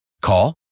Call